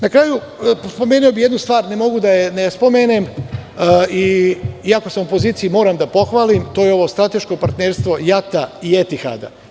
Na kraju, spomenuo bih jednu stvar, ne mogu da je ne spomenem iako sam u opoziciji, moram da pohvalim, to je ovo strateško partnerstvo JAT i Etihada.